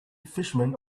fisherman